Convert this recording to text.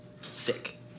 Sick